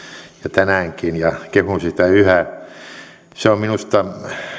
tänäänkin ja kehun sitä yhä se on minusta